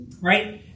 Right